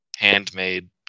Handmade